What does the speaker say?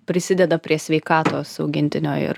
prisideda prie sveikatos augintinio ir